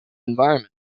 environment